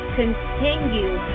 continue